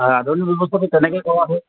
আদৰণি ব্যৱস্থাটো কেনেকৈ কৰা হয়